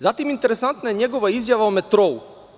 Zatim, interesantna je njegova izjava o metrou.